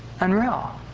Unreal